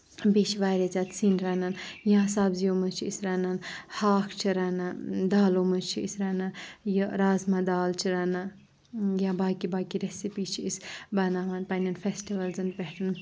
بیٚیہِ چھِ واریاہ زیادٕ سِنۍ رَنان یا سَبزیو منٛز چھِ أسۍ رَنان ہاکھ چھِ رَنان دالو منٛز چھِ أسۍ رَنان یہِ رازما دال چھِ رَنان یا باقٕے باقٕے ریسِپی چھِ أسۍ بَناوان پنٕنٮ۪ن فیسٹِوَلزَن پٮ۪ٹھ